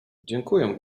dziękuję